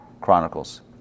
Chronicles